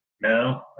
No